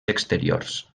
exteriors